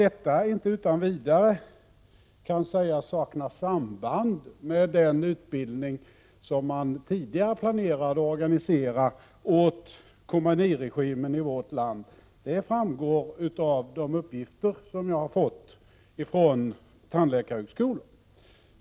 Detta kan inte utan vidare sägas sakna samband med den utbildning som man tidigare planerade organisera i vårt land åt Khomeini-regimen. Det framgår av de uppgifter jag har fått från tandläkarhögskolan.